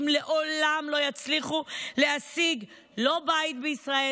לעולם לא יצליחו להשיג לא בית בישראל,